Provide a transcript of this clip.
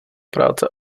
práce